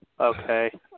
Okay